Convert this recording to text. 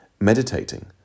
meditating